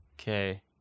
Okay